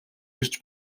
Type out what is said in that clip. ирж